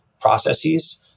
processes